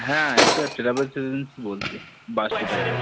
হ্যাঁ এটা travel agency বলছি বাসের ড্রাইভার